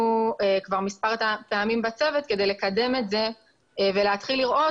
כבר מספר פעמים בצוות כדי לקדם את זה ולהתחיל לראות,